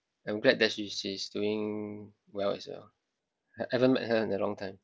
I'm glad that she she's doing well as well ha~ haven't met her in a long time